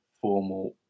formal